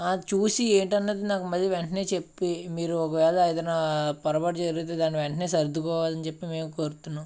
ఆ చూసి ఏంటన్నది నాకు మళ్ళీ వెంటనే చెప్పి మీరు ఒకవేళ ఏదన్న పొరపాటు జరిగితే దాన్ని వెంటనే సర్దుకోవాలని చెప్పి మేము కోరుతున్నాం